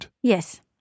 Yes